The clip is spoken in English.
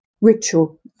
ritual